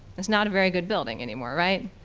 it's not a very good building anymore, right?